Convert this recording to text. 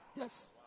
yes